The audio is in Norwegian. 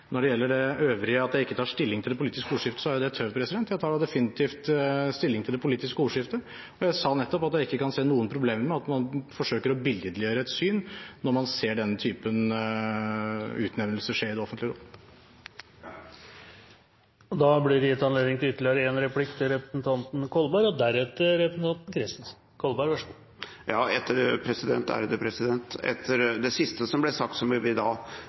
Når det gjelder det øvrige, at jeg ikke tar stilling til det politiske ordskiftet, er det tøv. Jeg tar definitivt stilling til det politiske ordskiftet. Jeg sa nettopp at jeg ikke kan se noen problemer med at man forsøker å billedliggjøre et syn, når man ser den typen utnevnelser skje i det offentlige rom. Representanten Kolberg får anledning til ytterligere én replikk. Etter det siste som ble sagt, må jeg vel rette meg selv på det punktet. Det virker da som om kontrollkomiteens leder har stilt seg bak at dette er korrupsjonsliknende tilstander og mafiavirksomhet. Det er det som